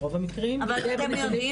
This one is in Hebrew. ברוב המקרים- -- אתם יודעים